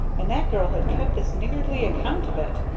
and that girl had kept this niggardly account of it!